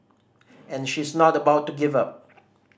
and she's not about to give up